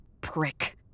Prick